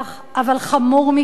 אבל חמור מכך,